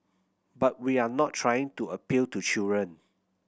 but we're not trying to appeal to children